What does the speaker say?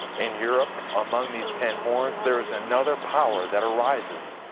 in europe, among these ten horns, there is another power that rises.